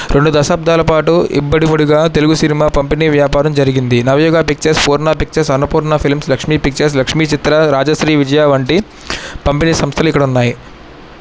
రెండు దశాబ్దాల పాటు ఇబడిబడిగా తెలుగు సినిమా పంపిణీ వ్యాపారం జరిగింది Navayuga pictures Purna pictures Annapurna films Lakshmi pictures Lakshmi Chitra Rajshri Vijaya వంటి పంపిణీ సంస్థలు ఇక్కడ ఉన్నాయి